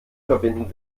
verbinden